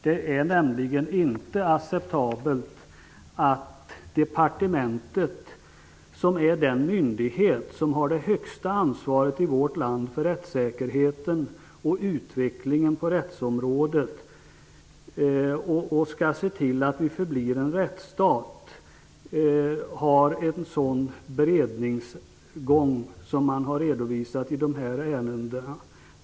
Det är nämligen inte acceptabelt att departementet, som är den myndighet som har det högsta ansvaret i vårt land för rättssäkerheten och utvecklingen på rättsområdet och som skall se till att vi förblir en rättsstat, har en sådan beredningsgång som man har redovisat i dessa ärenden.